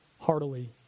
heartily